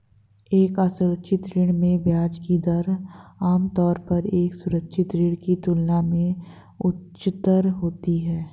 एक असुरक्षित ऋण में ब्याज की दर आमतौर पर एक सुरक्षित ऋण की तुलना में उच्चतर होती है?